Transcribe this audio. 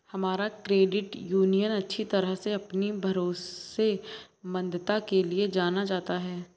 हमारा credit union अच्छी तरह से अपनी भरोसेमंदता के लिए जाना जाता है